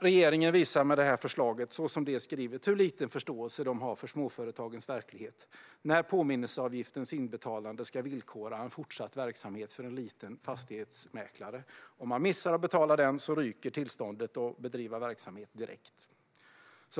Regeringen visar med förslaget, så som det är skrivet, hur liten förståelse man har för småföretagens verklighet när påminnelseavgiftens inbetalande ska villkora en fortsatt verksamhet för en liten fastighetsmäklare. Om man missar att betala avgiften ryker tillståndet att bedriva verksamheten direkt!